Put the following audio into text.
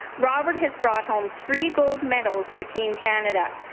robert has brought home three gold medals for team canada.